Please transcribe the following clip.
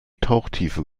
tauchtiefe